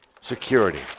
Security